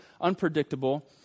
unpredictable